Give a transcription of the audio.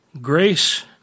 grace